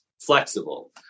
flexible